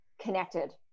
connected